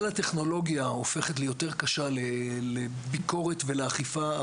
הטכנולוגיה הופכת ליותר קשה לביקורת ולאכיפה,